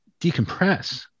decompress